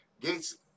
Gates